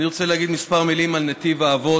אני רוצה להגיד כמה מילים על נתיב האבות.